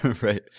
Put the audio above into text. Right